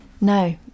No